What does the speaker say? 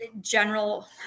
general